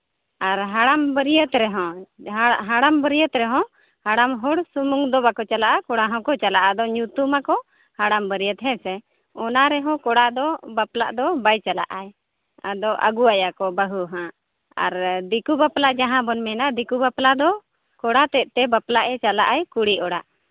ᱟᱨ ᱦᱟᱲᱟᱢ ᱵᱟᱹᱨᱭᱟᱹᱛ ᱨᱮᱦᱚᱸ ᱡᱟᱦᱟᱸ ᱦᱟᱲᱟᱢ ᱵᱟᱹᱨᱭᱟᱹᱛ ᱨᱮᱦᱚᱸ ᱦᱟᱲᱟᱢ ᱦᱚᱲ ᱥᱩᱢᱩᱝ ᱫᱚ ᱵᱟᱠᱚ ᱪᱟᱞᱟᱜᱼᱟ ᱠᱚᱲᱟ ᱦᱚᱸᱠᱚ ᱪᱟᱞᱟᱜᱼᱟ ᱟᱫᱚ ᱧᱩᱛᱩᱢᱟᱠᱚ ᱦᱟᱲᱟᱢ ᱵᱟᱹᱨᱭᱟᱹᱛ ᱦᱮᱸᱥᱮ ᱚᱱᱟ ᱨᱮᱦᱚᱸ ᱠᱚᱲᱟ ᱫᱚ ᱵᱟᱯᱞᱟᱜ ᱫᱚ ᱵᱟᱭ ᱪᱟᱞᱟᱜᱼᱟᱭ ᱟᱫᱚ ᱟᱹᱜᱩᱣᱟᱭᱟ ᱠᱚ ᱵᱟᱹᱦᱩ ᱦᱟᱸᱜ ᱟᱨ ᱫᱤᱠᱩ ᱵᱟᱯᱞᱟ ᱡᱟᱦᱟᱸ ᱵᱚᱱ ᱢᱮᱱᱟ ᱫᱤᱠᱩ ᱵᱟᱯᱞᱟ ᱫᱚ ᱠᱚᱲᱟ ᱛᱮᱫ ᱛᱮ ᱵᱟᱯᱞᱟᱜᱼᱟ ᱮᱭ ᱪᱟᱞᱟᱜᱼᱟ ᱠᱩᱲᱤ ᱚᱲᱟᱜ